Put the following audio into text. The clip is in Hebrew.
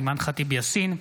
אימאן ח'טיב יאסין,